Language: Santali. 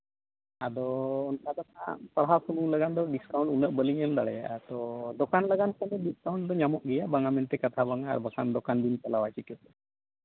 ᱟᱫᱚ ᱚᱱᱠᱟ ᱫᱚ ᱦᱟᱸᱜ ᱯᱟᱲᱦᱟᱣ ᱥᱩᱢᱩᱱ ᱞᱟᱜᱟᱫ ᱫᱚ ᱵᱤᱥᱠᱟᱣᱩᱱᱴ ᱩᱱᱟᱹᱜ ᱵᱟᱹᱞᱤᱧ ᱮᱢ ᱫᱟᱲᱮᱭᱟᱜᱼᱟ ᱛᱚ ᱫᱚᱠᱟᱱ ᱞᱟᱜᱟᱱ ᱛᱮᱫᱚ ᱵᱤᱥᱠᱟᱣᱩᱱᱴ ᱫᱚ ᱧᱟᱢᱚᱜ ᱜᱮᱭᱟ ᱵᱟᱝᱟ ᱢᱮᱱᱛᱮ ᱠᱟᱛᱷᱟ ᱵᱟᱝᱟ ᱟᱨ ᱵᱟᱠᱷᱟᱱ ᱫᱚᱠᱟᱱ ᱵᱤᱱ ᱛᱟᱞᱟᱣᱟ ᱪᱤᱠᱟᱹᱛᱮ